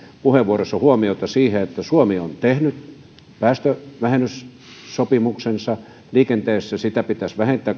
puheenvuoroissa huomiota siihen että suomi on tehnyt päästövähennyssopimuksensa ja liikenteessä päästöjä pitäisi vähentää